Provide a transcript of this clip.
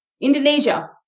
Indonesia